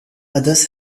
others